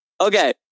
Okay